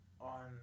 on